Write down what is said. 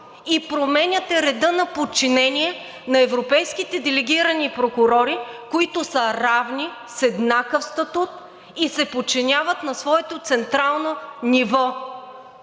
и променяте реда на подчинение на европейските делегирани прокурори, които са равни, с еднакъв статут и се подчиняват на своето централно ниво!